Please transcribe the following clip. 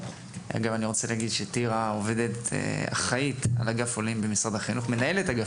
טירה היא מנהלת אגף עולים במשרד החינוך.